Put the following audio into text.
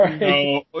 No